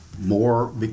more